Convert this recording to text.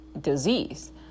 disease